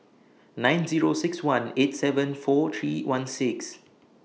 nine Zero six one eight seven four three one six